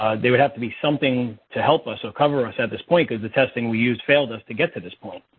there would have to be something to help us or cover us at this point because the testing we used failed us to get to this point.